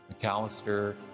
McAllister